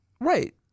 right